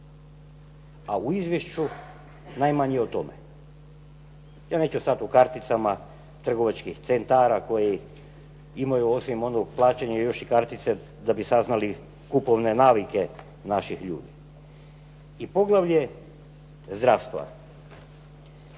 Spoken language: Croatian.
A u izvješću najmanje o tome. Ja neću sad o karticama trgovačkih centara koji imaju osim onu plaćanje još i kartice da bi saznali kupovne navike naših ljudi. I poglavlje zdravstva.